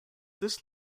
this